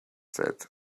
said